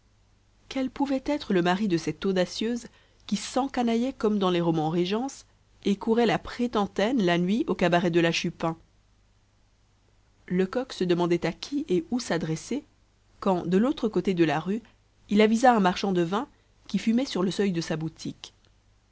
quel pouvait être le mari de cette audacieuse qui s'encanaillait comme dans les romans régence et courait la prétentaine la nuit au cabaret de la chupin lecoq se demandait à qui et où s'adresser quand de l'autre côté de la rue il avisa un marchand de vins qui fumait sur le seuil de sa boutique